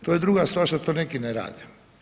To je druga stvar što to neki ne rade.